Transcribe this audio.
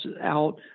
out